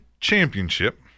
Championship